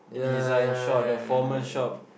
yeah right